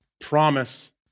promise